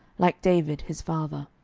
like david his father.